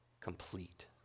complete